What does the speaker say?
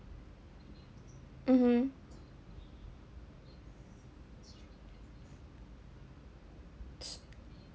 mmhmm ts~